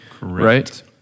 right